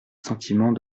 sentiment